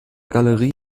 galerie